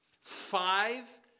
Five